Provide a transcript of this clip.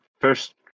first